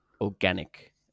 organic